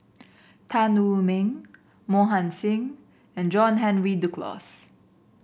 Tan Wu Meng Mohan Singh and John Henry Duclos